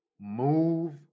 move